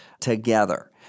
together